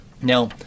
Now